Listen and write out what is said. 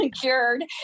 cured